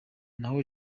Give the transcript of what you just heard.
naho